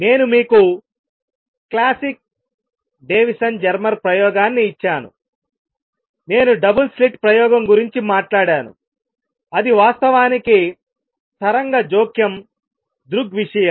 నేను మీకు classic Davisson Germer ప్రయోగాన్ని ఇచ్చానునేను డబుల్ స్లిట్ ప్రయోగం గురించి మాట్లాడాను అది వాస్తవానికి తరంగ జోక్యం దృగ్విషయం